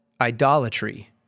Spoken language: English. idolatry